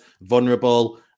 vulnerable